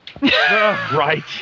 Right